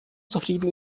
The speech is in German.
zufrieden